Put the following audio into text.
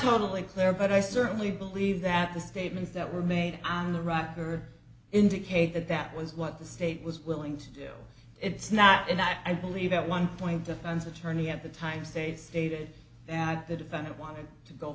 totally clear but i certainly believe that the statements that were made on the rocker indicate that that was what the state was willing to do its not and i believe at one point defense attorney at the time state stated that the defendant wanted to go